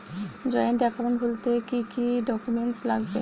Joint account খুলতে কি কি ডকুমেন্টস লাগবে?